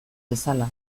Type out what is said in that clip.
bezala